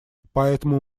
поэтому